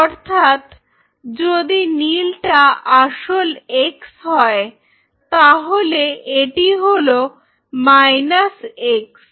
অর্থাৎ যদি নীল টা আসল এক্স হয় তাহলে এটি হলো মাইনাস এক্স